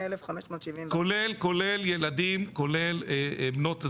28,570 כולל ילדים כולל בנות זוג,